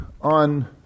on